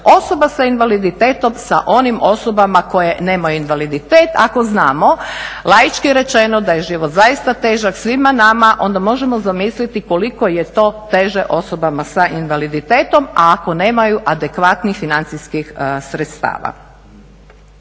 osoba sa invaliditetom sa onim osobama koje nemaju invaliditet, ako znamo, laički rečeno da je život zaista težak svima nama, onda možemo zamisliti koliko je to teže osoba sa invaliditetom, a ako nemaju adekvatnih financijskih sredstava.